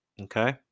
Okay